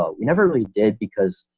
ah we never really did because,